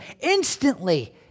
Instantly